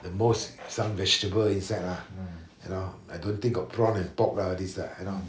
the most some vegetable inside ah you know I don't think got prawn and pork lah all these ah you know